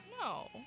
No